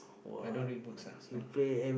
I don't read books[ah] sorry